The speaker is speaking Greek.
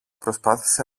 προσπάθησε